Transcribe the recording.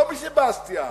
לא מסבסטיה,